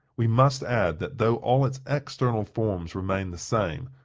we must add, that though all its external forms remain the same,